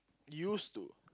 used to